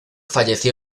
falleció